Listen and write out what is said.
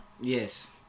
Yes